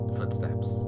footsteps